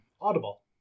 Audible